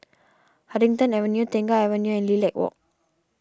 Huddington Avenue Tengah Avenue and Lilac Walk